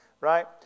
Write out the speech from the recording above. Right